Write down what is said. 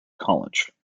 college